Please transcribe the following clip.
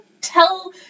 tell